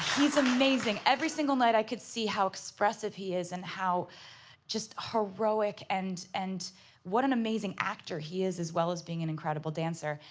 he is amazing. every single night i could see how expressive he is and how heroic and and what an amazing actor he is as well as being an incredible dancer.